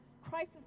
Crisis